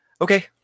okay